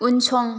उनसं